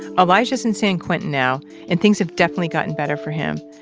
elijah is in san quentin now and things have definitely gotten better for him.